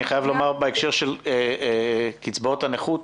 אני חייב לומר בהקשר של קצבאות הנכות